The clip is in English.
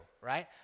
right